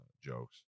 jokes